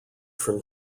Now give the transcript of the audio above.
from